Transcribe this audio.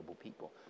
people